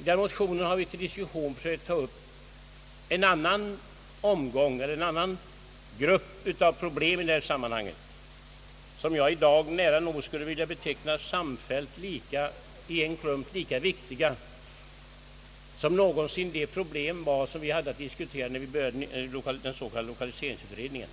I den motio nen har vi till diskussion försökt ta upp en annan grupp av problem i detta sammanhang, som jag i dag nära nog skulle vilja beteckna såsom tillsammans lika viktiga som någonsin de problem som vi hade att diskutera när vi började den s.k. lokaliseringsutredningen.